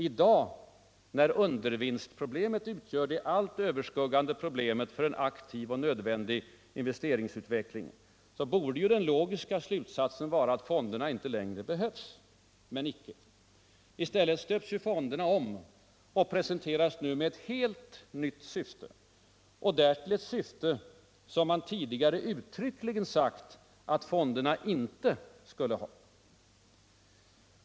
I dag, när ”undervinstproblemet” utgör det allt överskuggande hindret för en aktiv och nödvändig investeringsutveckling, borde den logiska slutsatsen vara, att fonderna inte längre behövs. Men icke. I stället stöps de om och presenteras med ett helt nytt syfte, och därtill ett syfte som man tidigare uttryckligen sagt att fonderna inte skulle ha.